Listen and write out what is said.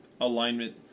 alignment